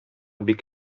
бик